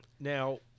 Now